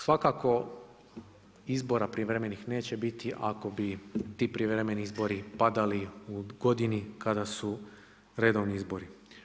Svakako izbora prijevremenih neće biti ako bi ti prijevremeni zbori padali u godini kada su redovni izbori.